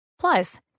Plus